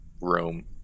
room